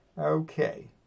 Okay